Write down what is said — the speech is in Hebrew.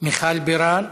מיכל בירן,